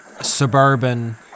suburban